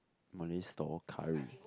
Malay stall curry